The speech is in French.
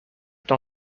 t’en